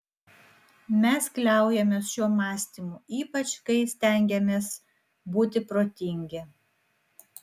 mes kliaujamės šiuo mąstymu ypač kai stengiamės būti protingi